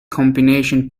combination